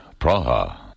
Praha